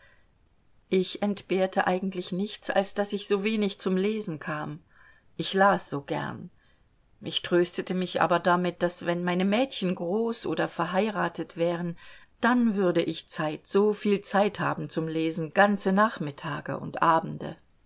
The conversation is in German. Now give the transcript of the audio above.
ich entbehrte eigentlich nichts als daß ich so wenig zum lesen kam ich las so gern ich tröstete mich aber damit daß wenn meine mädchen groß oder verheiratet wären dann würde ich zeit soviel zeit haben zum lesen ganze nachmittage und abende